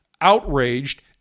outraged